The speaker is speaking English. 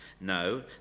No